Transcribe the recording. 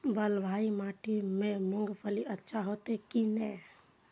बलवाही माटी में मूंगफली अच्छा होते की ने?